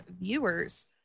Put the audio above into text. viewers